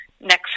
next